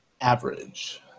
Average